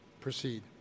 proceed